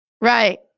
Right